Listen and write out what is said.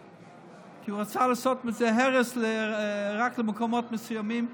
כי הוא רצה לעשות מזה הרס, רק למקומות מסוימים,